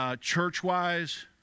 church-wise